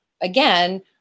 again